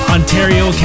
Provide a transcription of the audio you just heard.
Ontario